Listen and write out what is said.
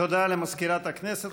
תודה למזכירת הכנסת.